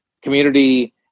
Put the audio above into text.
Community